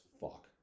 fuck